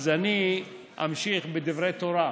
אז אני אמשיך בדברי תורה.